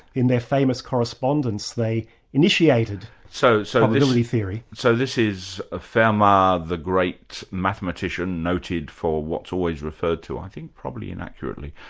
in their famous correspondence, they initiated so so probability theory. so this is ah fermat, the great mathematician noted for what's always referred to, i think probably inaccurately,